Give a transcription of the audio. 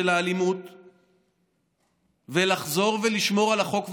האלימות ולחזור לשמירה על החוק והסדר.